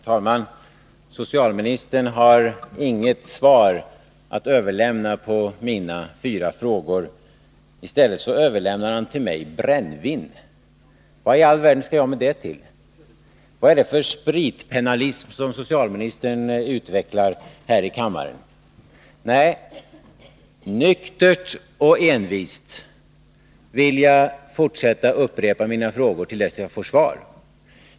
Herr talman! Socialministern har inget svar att lämna på mina fyra frågor. I stället överlämnar han till mig brännvin. Vad i all världen skall jag med det till? Vad är det för spritpennalism som socialministern utvecklar här i kammaren? Nej, nyktert och envist vill jag fortsätta att upprepa mina frågor till dess att jag får svar.